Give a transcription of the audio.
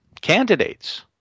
candidates